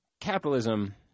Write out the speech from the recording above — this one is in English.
capitalism